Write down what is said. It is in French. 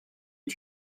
est